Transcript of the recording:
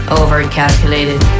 overcalculated